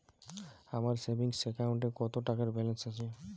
আমার সেভিংস অ্যাকাউন্টে কত টাকা ব্যালেন্স আছে?